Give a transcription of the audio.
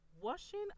Washing